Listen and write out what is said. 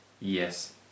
Yes